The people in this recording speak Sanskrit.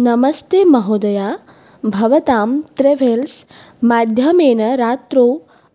नमस्ते महोदया भवतां त्रेवेल्स्माध्यमेन रात्रौ